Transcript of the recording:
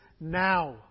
now